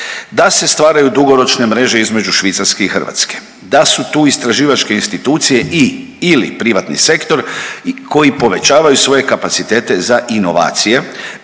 da se stvaraju dugoročne mreže između Švicarske i Hrvatske, da su tu istraživačke institucije i/ili privatni sektor koji povećavaju svoje kapacitete za inovacije